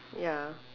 ya